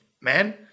man